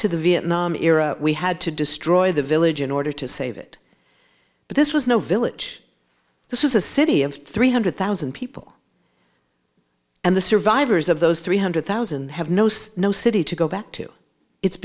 to the vietnam era we had to destroy the village in order to save it but this was no village this is a city of three hundred thousand people and the survivors of those three hundred thousand have no say no city to go back to it's